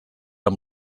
amb